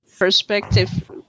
perspective